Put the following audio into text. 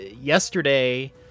yesterday